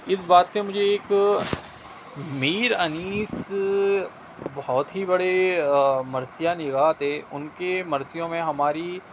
اس بات پہ مجھے ایک میر انیس بہت ہی بڑے مرثیہ نگار تھے ان کے مرثیوں میں ہماری